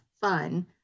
fun